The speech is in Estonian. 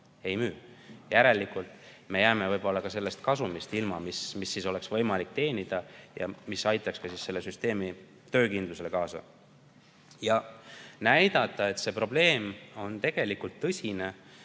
Ei müü. Järelikult me jääme võib-olla ka sellest kasumist ilma, mis siis oleks võimalik teenida ja mis aitaks kogu süsteemi töökindlusele kaasa.Et näidata, et see probleem on tegelikult tõsine,